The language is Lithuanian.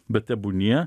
bet tebūnie